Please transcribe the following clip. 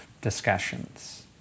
discussions